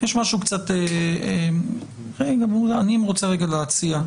אני רוצה להציע,